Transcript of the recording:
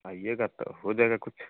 आइएगा तो हो जाएगा कुछ